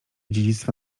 dziedzictwa